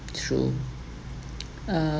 true uh